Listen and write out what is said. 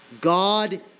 God